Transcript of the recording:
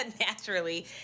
naturally